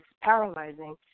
paralyzing